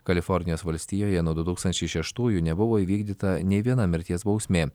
kalifornijos valstijoje nuo du tūkstančiai šeštųjų nebuvo įvykdyta nei viena mirties bausmė